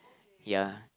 ya